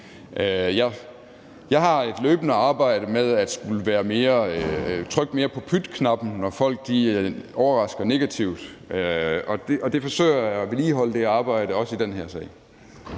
Jeg har et løbende arbejde med at trykke mere på pytknappen, når folk overrasker negativt, og det arbejde forsøger jeg at vedligeholde, også i den her sag.